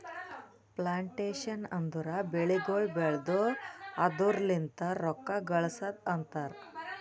plantation ಅಂದುರ್ ಬೆಳಿಗೊಳ್ ಬೆಳ್ದು ಅದುರ್ ಲಿಂತ್ ರೊಕ್ಕ ಗಳಸದ್ ಅಂತರ್